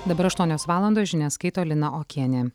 dabar aštuonios valandos žinias skaito lina okienė